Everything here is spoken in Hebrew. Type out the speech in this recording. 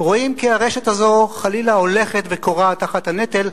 רואים כי הרשת הזו חלילה הולכת וכורעת תחת הנטל,